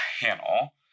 panel